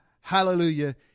Hallelujah